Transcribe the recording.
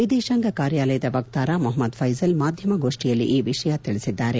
ವಿದೇಶಾಂಗ ಕಾರ್ಯಾಲಯದ ವಕ್ತಾರ ಮೊಹಮದ್ ಫೈಜಲ್ ಮಾಧ್ಯಮಗೋಷ್ಠಿಯಲ್ಲಿ ಈ ವಿಷಯ ತಿಳಿಸಿದ್ದಾರೆ